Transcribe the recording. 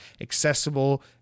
accessible